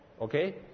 Okay